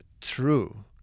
true